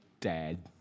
Dad